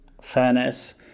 fairness